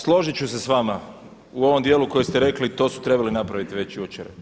Složit ću se s vama u ovom dijelu koji ste rekli, to su trebali napraviti već jučer.